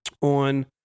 on